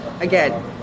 Again